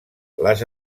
les